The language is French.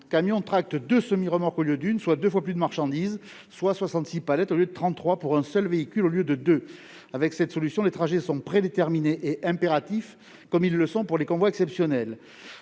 camion tracte deux semi-remorques au lieu d'une, soit deux fois plus de marchandises, c'est-à-dire 66 palettes au lieu de 33, pour un seul véhicule au lieu de deux. Avec cette solution, les trajets sont prédéterminés et impératifs, comme c'est déjà le cas pour les convois exceptionnels.